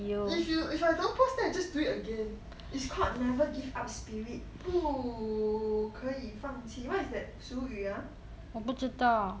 if you if I don't pass then I just do it again it's called never give up spirit 不可以放弃 what is that 俗语 ah